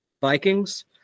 vikings